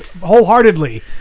wholeheartedly